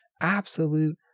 Absolute